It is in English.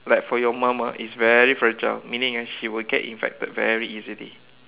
like for your mom ah is very fragile meaning eh she will get infected very easily